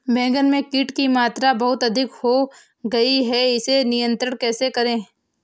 बैगन में कीट की मात्रा बहुत अधिक हो गई है इसे नियंत्रण कैसे करें?